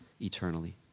eternally